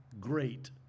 great